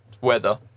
Weather